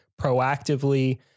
proactively